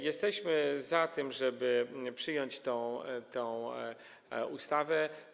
Jesteśmy za tym, żeby przyjąć tę ustawę.